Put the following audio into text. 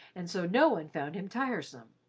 and so no one found him tiresome.